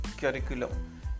curriculum